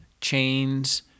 chains